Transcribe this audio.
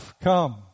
come